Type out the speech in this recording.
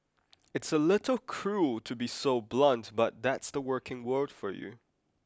it's a little cruel to be so blunt but that's the working world for you